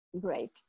great